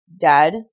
dead